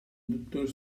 dottor